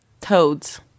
Toads